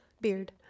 Beard